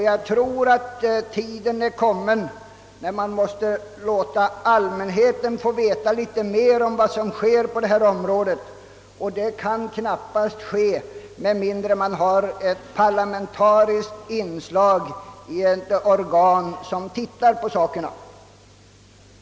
Jag tror också att tiden är mogen för att allmänheten får veta litet mer om vad som händer på detta område, och det kan knappast ske med mindre än att man har ctt parlamentariskt inslag i ett organ som tar upp dessa frågor från de utgångspunkter jag här berört.